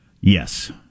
Yes